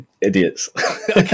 idiots